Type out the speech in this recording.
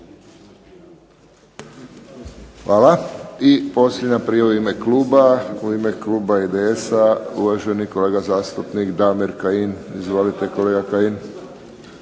Hvala. I posljednja prijava u ime kluba, u ime kluba IDS-a, uvaženi kolega zastupnik Damir Kajin. Izvolite kolega Kajin.